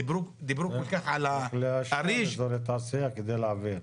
דיברו על אריג' --- צריך להקים אזורי תעשיה כדי להעביר.